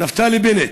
נפתלי בנט: